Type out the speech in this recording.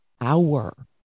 hour